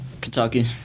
Kentucky